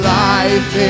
life